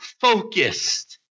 focused